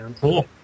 cool